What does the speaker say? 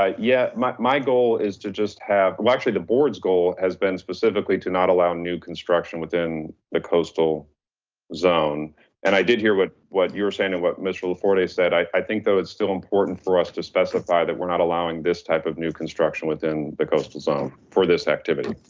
yeah, my my goal is to just have, actually the board's goal has been specifically to not allow new construction within the coastal zone. and i did hear what what you were saying and what mr. laforte said, i i think though it's still important for us to specify that we're not allowing this type of new construction within the coastal zone for this activity.